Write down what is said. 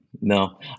No